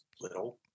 little